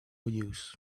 use